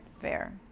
Fair